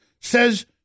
says